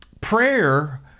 prayer